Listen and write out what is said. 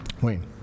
Wayne